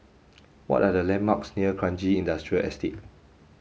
what are the landmarks near Kranji Industrial Estate